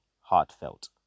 heartfelt